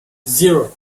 zero